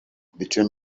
between